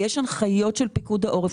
יש הנחיות של פיקוד העורף,